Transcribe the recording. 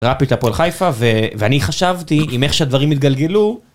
רפית הפול חיפה ואני חשבתי אם איך שהדברים התגלגלו.